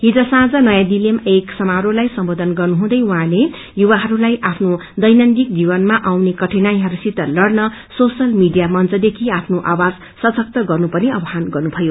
हिज साँझ नयाँ दिलीमा एक सामारोहलाई सम्बोधन गर्नुहुँदै युवाहरूलाई आफ्नो दैनन्दिक जीवनमा आउने कठिनाईहरूसित लड़न सोशल मीडिया मंचदेखि आफ्नो आवाज सशक्त गर्नुपर्ने आव्हान गर्नुायो